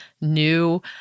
new